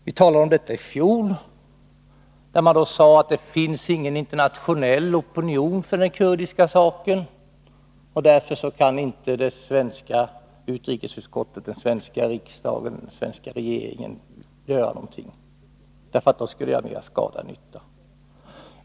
Vi talade om detta i fjol, när utskottet sade att det inte finns någon internationell opinion för den kurdiska saken och att det svenska utrikesutskottet, den svenska riksdagen och regeringen därför inte kan göra någonting, för det skulle göra mera skada än nytta.